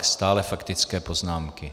Stále faktické poznámky.